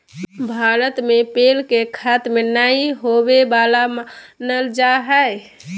भारत में पेड़ के खतम नय होवे वाला मानल जा हइ